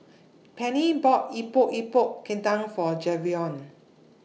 Penni bought Epok Epok Kentang For Javion